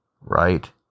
right